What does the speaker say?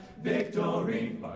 victory